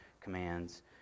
commands